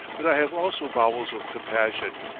but i have also bowels of compassion.